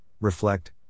reflect